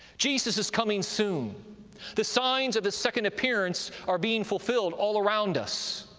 jesus is coming soon the signs of his second appearance are being fulfilled all around us.